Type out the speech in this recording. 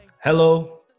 Hello